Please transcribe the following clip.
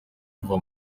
bava